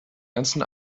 ganzen